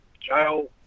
jail